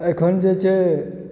अखन जे छै